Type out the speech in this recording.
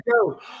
go